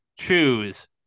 choose